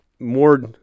more